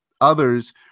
others